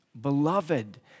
beloved